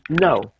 No